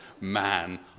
man